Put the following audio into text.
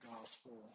gospel